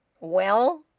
well?